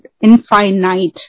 Infinite